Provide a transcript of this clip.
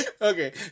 okay